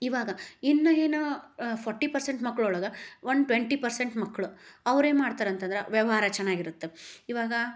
ಇವಾಗ ಇನ್ನು ಏನೊ ಫೊರ್ಟಿ ಪರ್ಸೆಂಟ್ ಮಕ್ಳೊಳಗೆ ಒಂದು ಟ್ವೆಂಟಿ ಪರ್ಸೆಂಟ್ ಮಕ್ಳು ಅವ್ರೇನು ಮಾಡ್ತಾರಂತಂದ್ರೆ ವ್ಯವಹಾರ ಚೆನ್ನಾಗಿರತ್ತೆ ಇವಾಗ